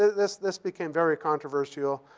this this became very controversial.